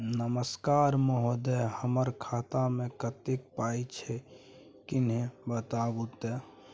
नमस्कार महोदय, हमर खाता मे कत्ते पाई छै किन्ने बताऊ त?